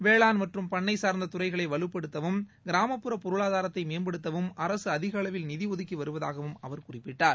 வேளாண் மற்றும் பண்ணை சார்ந்த துறைகளை வலுப்படுத்தவும் கிராமப்புறப் பொருளாதாரத்தை மேம்படுத்தவும் அரசு அதிக அளவில் நிதி ஒதுக்கி வருவதாகவும் அவர் குறிப்பிட்டார்